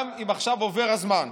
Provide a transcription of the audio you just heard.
גם אם עכשיו עובר הזמן.